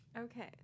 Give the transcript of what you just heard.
okay